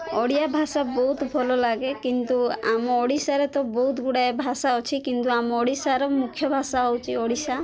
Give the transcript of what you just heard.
ଓଡ଼ିଆ ଭାଷା ବହୁତ ଭଲଲାଗେ କିନ୍ତୁ ଆମ ଓଡ଼ିଶାରେ ତ ବହୁତ ଗୁଡ଼ାଏ ଭାଷା ଅଛି କିନ୍ତୁ ଆମ ଓଡ଼ିଶାର ମୁଖ୍ୟ ଭାଷା ହେଉଛି ଓଡ଼ିଶା